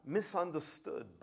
misunderstood